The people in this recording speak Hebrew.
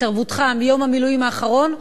התערבותך מיום המילואים האחרון,